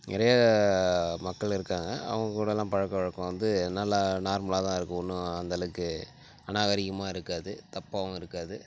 நிறைய மக்கள் இருக்காங்க அவங்ககூட எல்லாம் பழக்கவழக்கம் வந்து நல்லா நார்மலாக தான் இருக்கு ஒன்றும் அந்தளவுக்கு அநாகரிகமாக இருக்காது தப்பாகவும் இருக்காது